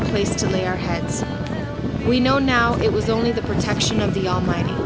a place to lay our heads we know now it was only the protection of the almighty